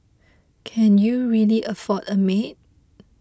can you really afford a maid